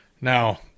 Now